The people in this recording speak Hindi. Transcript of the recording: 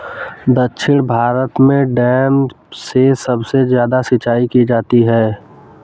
दक्षिण भारत में डैम से सबसे ज्यादा सिंचाई की जाती है